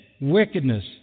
wickedness